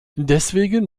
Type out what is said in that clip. deswegen